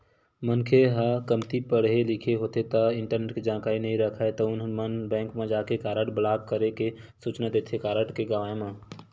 मनखे ह कमती पड़हे लिखे होथे ता इंटरनेट के जानकारी नइ राखय तउन मन बेंक म जाके कारड ब्लॉक करे के सूचना देथे कारड के गवाय म